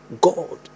God